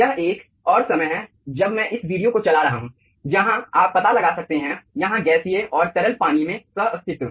यह एक और समय है जब मैं उस वीडियो को चला रहा हूं जहां आप पता लगा सकते हैं यहाँ गैसीय और तरल पानी में सह अस्तित्व